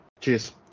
Cheers